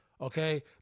okay